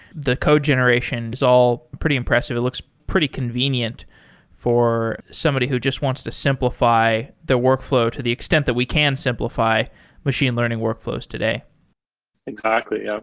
the code generation. it's all pretty impressive. it looks pretty convenient for somebody who just wants to simplify their workflow to the extent that we can simplify machine learning workflows today exactly. ah